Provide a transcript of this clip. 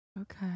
Okay